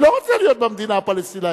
אני לא רוצה להיות במדינה הפלסטינית,